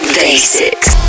basics